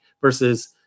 versus